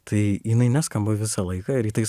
tai jinai neskamba visą laiką rytais